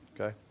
Okay